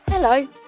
Hello